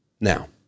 Now